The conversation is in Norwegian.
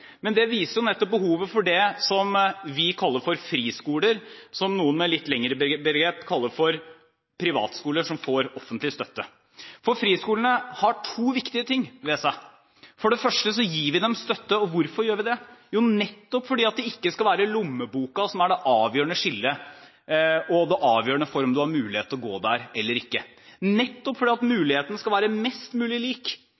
Men det viser nettopp behovet for det som vi kaller «friskoler», og som enkelte, med et litt lengre begrep, kaller «privatskoler som får offentlig støtte». Friskolene har to viktige ting ved seg: For det første gir vi dem støtte. Hvorfor gjør vi det? Jo, nettopp fordi det ikke skal være lommeboken som skal være det avgjørende for hvorvidt du har mulighet til å gå der eller ikke. Nettopp fordi